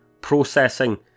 Processing